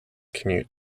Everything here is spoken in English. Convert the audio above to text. commute